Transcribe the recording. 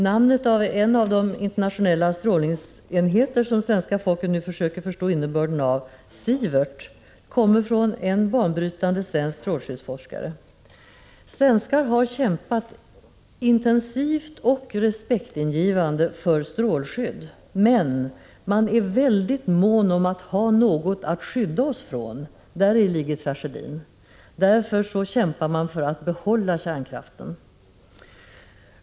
Namnet på en av de internationella strålningsenheter som svenska folket nu försöker förstå innebörden av, Sievert, kommer från en banbrytande svensk strålskyddsforskare. Svenskar har kämpat intensivt och respektingivande för strålskydd, men man är mycket mån om att ha något att skydda oss från — däri ligger tragedin — och därför kämpar man för att behålla kärnkraften.